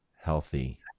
healthy